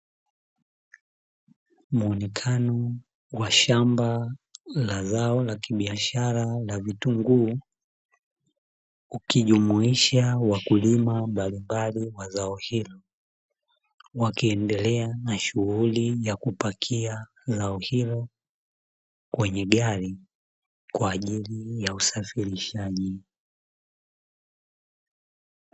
Muonekano wa shamba la zao la kibiashara la vitunguu; ukijumuisha wakulima mbalimbali wa zao hilo, wakiendelea na shughuli ya kupakia zao hilo kwenye gari kwa ajili ya usafirishaji.